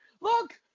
look